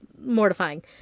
mortifying